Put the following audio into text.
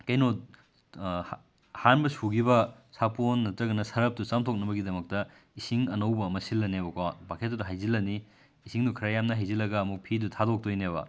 ꯀꯩꯅꯣ ꯑꯍꯥꯟꯕ ꯁꯨꯈꯤꯕ ꯁꯥꯄꯣꯟ ꯅꯠꯇ꯭ꯔꯒꯅ ꯁꯔꯞꯇꯣ ꯆꯥꯝꯊꯣꯛꯅꯕꯒꯤꯗꯃꯛꯇ ꯏꯁꯤꯡ ꯑꯅꯧꯕ ꯑꯃ ꯁꯤꯟꯂꯅꯦꯕꯀꯣ ꯕꯛꯀꯦꯠꯇꯨꯗ ꯍꯩꯖꯤꯟꯂꯅꯤ ꯏꯁꯤꯡꯗꯣ ꯈꯔꯌꯥꯝꯅ ꯍꯩꯖꯤꯟꯂꯒ ꯑꯃꯨꯛ ꯐꯤꯗꯣ ꯊꯥꯗꯣꯛꯇꯣꯏꯅꯦꯕ